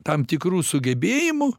tam tikrų sugebėjimų